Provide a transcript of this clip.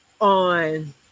on